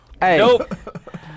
Nope